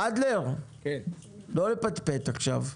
אדלר, לא לפטפט עכשיו.